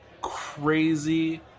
crazy